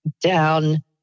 down